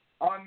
On